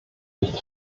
nicht